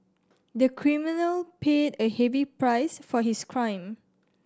the criminal paid a heavy price for his crime